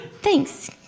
Thanks